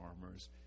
farmers